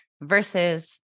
versus